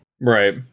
Right